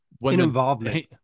involvement